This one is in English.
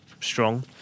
strong